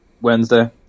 wednesday